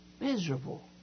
miserable